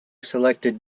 selected